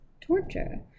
torture